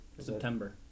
September